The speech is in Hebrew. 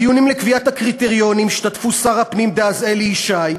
בדיונים לקביעת הקריטריונים השתתפו שר הפנים דאז אלי ישי,